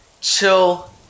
chill